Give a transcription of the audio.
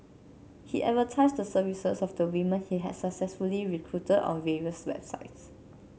he advertised the services of the women he had successfully recruited on various websites